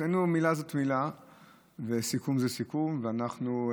אצלנו מילה זאת מילה וסיכום זה סיכום, ואנחנו,